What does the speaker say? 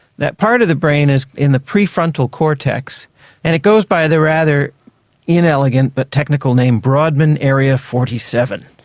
that part of the brain is in the prefrontal cortex and it goes by the rather inelegant but technical name brodmann area forty seven.